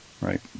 Right